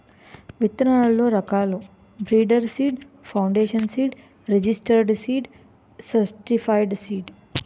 విత్తనాల్లో రకాలు breeder seed, foundation seed, registered seed, certified seed